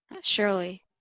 Surely